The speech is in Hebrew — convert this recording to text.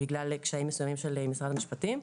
בגלל קשיים מסוימים של משרד המשפטים.